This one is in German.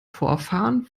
vorfahren